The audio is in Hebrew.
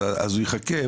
אז הוא יחכה,